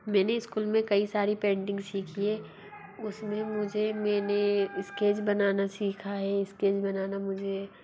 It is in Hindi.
मैंने इस्कूल में कई सारी पेंटिंग सीखी है उस में मुझे मैंने इस्केच बनाना सीखा है इस्केच बनाना मुझे